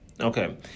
Okay